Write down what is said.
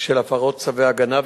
של הפרות צווי הגנה,